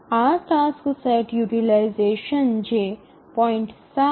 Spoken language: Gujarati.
આ ટાસક્સ સેટ યુટીલાઈઝેશન જે 0